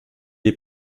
est